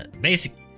basic